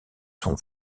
son